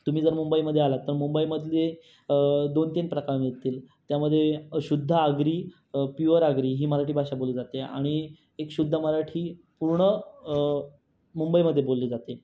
तुम्ही जर मुंबईमध्ये आलात तर मुंबई मधली दोन तीन प्रकार मिळतील त्यामध्ये अशुध्द आगरी प्युअर आगरी ही मराठी भाषा बोली जाते आणि एक शुध्द मराठी पूर्ण मुंबईमध्ये बोली जाते